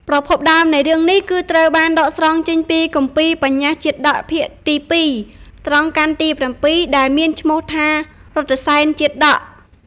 ប្រភពដើមនៃរឿងនេះ គឺត្រូវបានដកស្រង់ចេញពី គម្ពីរបញ្ញាសជាតក ភាគទី២ ត្រង់កណ្ឌទី៧ ដែលមានឈ្មោះថា រថសេនជាតក។